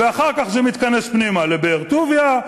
ואחר כך זה מתכנס פנימה לבאר-טוביה,